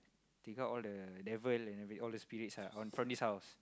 take out all the devil and every all the spirits ah all from this house